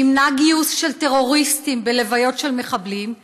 שימנע גיוס של טרוריסטים בלוויות של מחבלים,